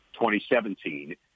2017